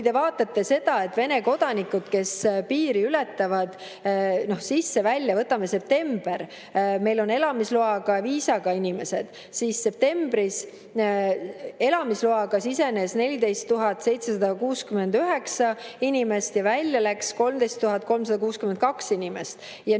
te vaatate seda, et Vene kodanikud, kes piiri ületavad, no sisse-välja, võtame septembri, meil on elamisloaga ja viisaga inimesed. Septembris elamisloaga sisenes 14 769 inimest ja välja läks 13 362 inimest.